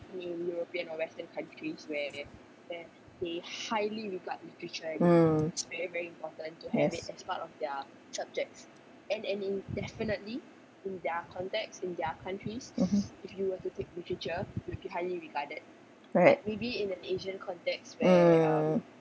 mm yes mmhmm right mm